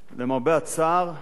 למרבה הצער,